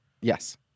Yes